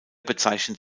bezeichnet